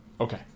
Okay